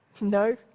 No